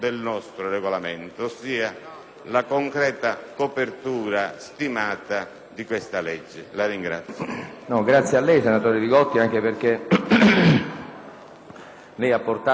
la concreta copertura finanziaria di questa legge. La ringrazio